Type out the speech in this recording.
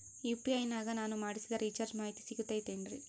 UPI ನಾಗ ನಾನು ಮಾಡಿಸಿದ ರಿಚಾರ್ಜ್ ಮಾಹಿತಿ ಸಿಗುತೈತೇನ್ರಿ?